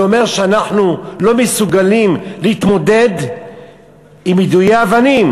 זה אומר שאנחנו לא מסוגלים להתמודד עם יידויי אבנים.